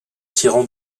tyran